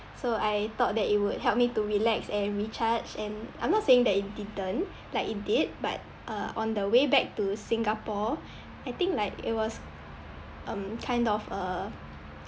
so I thought that it would help me to relax and recharge and I'm not saying that it didn't like it did but uh on the way back to singapore I think like it was um kind of uh